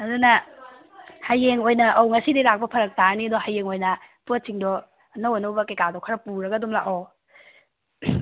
ꯑꯗꯨꯅ ꯍꯌꯦꯡ ꯑꯣꯏꯅ ꯑꯧ ꯉꯁꯤꯗꯤ ꯂꯥꯛꯄ ꯐꯔꯛ ꯇꯥꯅꯤ ꯑꯗꯣ ꯍꯌꯦꯡ ꯑꯣꯏꯅ ꯄꯣꯠꯁꯤꯡꯗꯣ ꯑꯅꯧ ꯑꯅꯧꯕ ꯀꯔꯤ ꯀꯔꯥꯗꯨ ꯈꯔ ꯄꯨꯔꯒ ꯑꯗꯨꯝ ꯂꯥꯛꯑꯣ